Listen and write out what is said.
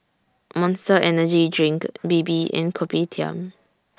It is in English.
Monster Energy Drink Bebe and Kopitiam